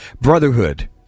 brotherhood